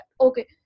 Okay